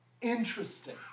interesting